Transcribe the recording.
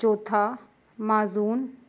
चौथा माजून